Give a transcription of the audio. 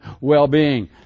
well-being